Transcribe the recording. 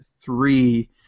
three